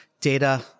data